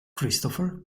christopher